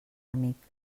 amic